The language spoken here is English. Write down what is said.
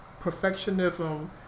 perfectionism